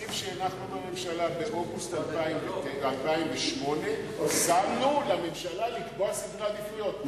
בתקציב שהנחנו בממשלה ב-2008 שמנו לממשלה לקבוע סדרי עדיפויות,